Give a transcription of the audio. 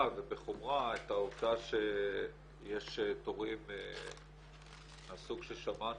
ובחומרה את העובדה שיש תורים מהסוג ששמענו,